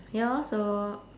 ya lor so